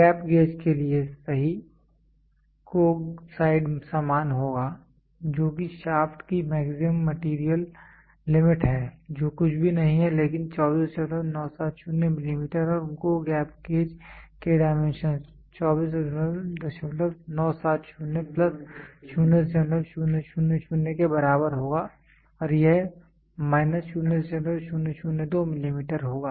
gap gauge के लिए सही GO साइड समान होगा जो कि शाफ्ट की मैक्सिमम मेटीरियल लिमिट है जो कुछ भी नहीं है लेकिन 24970 मिलीमीटर और GO गैप गेज के डाइमेंशंस 24970 प्लस 0000 के बराबर होगा और यह माइनस 0002 मिलीमीटर होगा